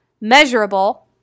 measurable